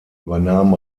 übernahmen